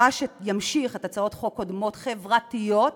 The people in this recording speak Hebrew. מה שימשיך את הצעות החוק החברתיות הקודמות.